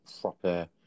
proper